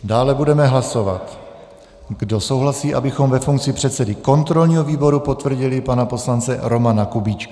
Dále budeme hlasovat, kdo souhlasí, abychom ve funkci předsedy kontrolního výboru potvrdili pana poslance Romana Kubíčka.